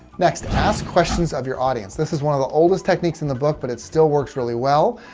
next, ask questions of your audience. this is one of the oldest techniques in the book, but it still works really well.